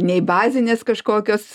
nei bazinės kažkokios